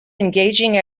engaging